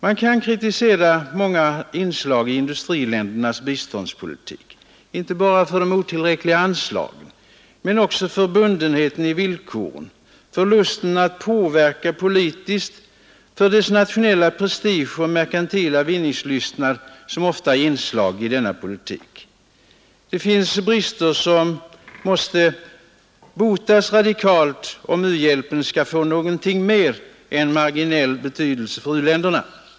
Man kan kritisera i-länderna för många inslag i biståndspolitiken, inte bara för de otillräckliga anslagen utan också för bundenheten i villkoren, lusten att påverka politiskt, för den nationella prestige och merkantila vinningslystnad, som ofta är inslag i denna politik. Det finns brister som måste botas radikalt om u-hjälpen skall få någonting mer än marginell betydelse för u-länderna.